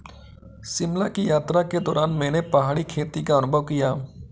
शिमला की यात्रा के दौरान मैंने पहाड़ी खेती का अनुभव किया